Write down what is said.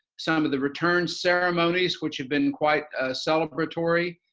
some of the return ceremonies which have been quite celebratory,